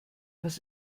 was